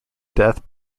death